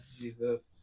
Jesus